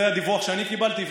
זה הדיווח שאני קיבלתי,